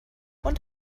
und